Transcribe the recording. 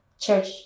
Church